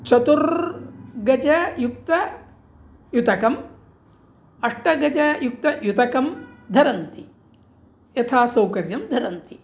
चतुर्गजयुक्तयुतकम् अष्टगजयुक्तयुतकं धरन्ति यथासौकर्यं धरन्ति